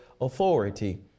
authority